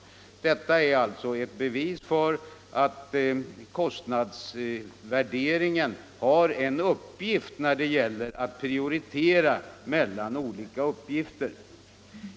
Detta är alltså ett bevis för att kostnadsvärderingen har en funktion när det gäller att prioritera mellan olika uppgifter.